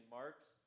marks